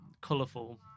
colourful